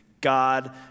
God